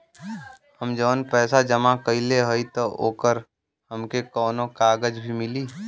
हम जवन पैसा जमा कइले हई त ओकर हमके कौनो कागज भी मिली?